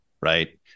Right